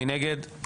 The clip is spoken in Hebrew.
מי נגד?